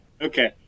Okay